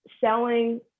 selling